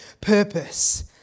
purpose